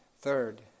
Third